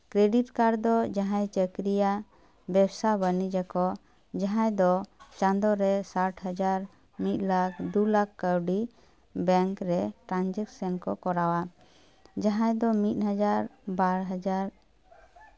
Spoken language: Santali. ᱠᱨᱤᱰᱤᱴ ᱠᱟᱨᱰ ᱫᱚ ᱡᱟᱦᱟᱸᱭ ᱪᱟᱹᱠᱨᱤᱭᱟ ᱵᱮᱵᱽᱥᱟ ᱵᱟᱹᱱᱤᱡᱽ ᱟᱠᱚ ᱡᱟᱦᱟᱸᱭ ᱫᱚ ᱪᱟᱸᱫᱳᱨᱮ ᱥᱟᱴ ᱦᱟᱡᱟᱨ ᱢᱤᱫ ᱞᱟᱠᱷ ᱫᱩ ᱞᱟᱠᱷ ᱠᱟᱹᱣᱰᱤ ᱵᱮᱝᱠ ᱨᱮ ᱴᱨᱟᱱᱡᱮᱠᱥᱮᱱ ᱠᱚ ᱠᱚᱨᱟᱣᱟ ᱡᱟᱦᱟᱸᱭ ᱫᱚ ᱢᱤᱫ ᱦᱟᱡᱟᱨ ᱵᱟᱨ ᱦᱟᱡᱟᱨ